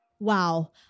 Wow